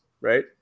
right